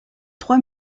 trois